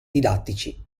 didattici